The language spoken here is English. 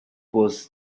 was